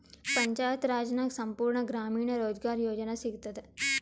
ಪಂಚಾಯತ್ ರಾಜ್ ನಾಗ್ ಸಂಪೂರ್ಣ ಗ್ರಾಮೀಣ ರೋಜ್ಗಾರ್ ಯೋಜನಾ ಸಿಗತದ